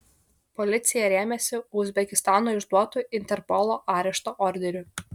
policija rėmėsi uzbekistano išduotu interpolo arešto orderiu